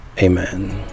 Amen